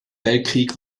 weltkrieg